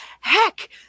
Heck